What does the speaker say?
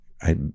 I-